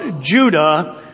Judah